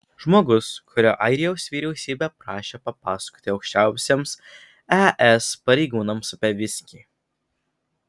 žmogus kurio airijos vyriausybė prašė papasakoti aukščiausiems es pareigūnams apie viskį